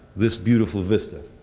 this beautiful vista